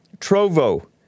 Trovo